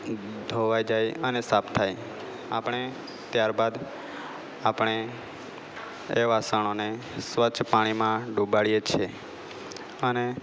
ધોવાઈ જાય અને સાફ થાય આપણે ત્યારબાદ આપણે એ વાસણોને સ્વચ્છ પાણીમાં ડૂબાડીએ છીએ અને